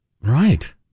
Right